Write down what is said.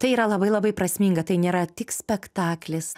tai yra labai labai prasminga tai nėra tik spektaklis